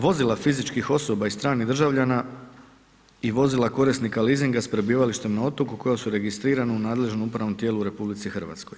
Vozila fizičkih osoba i stranih državljana i vozila korisnika leasinga s prebivalištem na otoku koja su registrirana u nadležnom upravnom tijelu u RH.